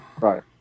Right